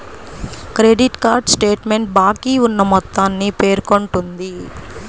credit card statement బాకీ ఉన్న మొత్తాన్ని పేర్కొంటుంది